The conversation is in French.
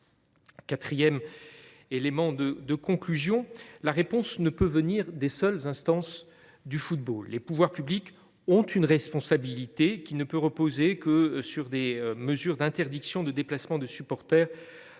Quatrième élément de conclusion, la réponse ne peut venir des seules instances du football. Les pouvoirs publics ont une responsabilité, qui ne peut reposer uniquement sur des mesures d’interdiction des déplacements de supporters